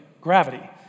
gravity